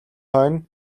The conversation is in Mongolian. хойно